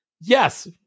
Yes